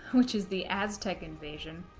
which is the aztec invasion,